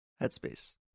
Headspace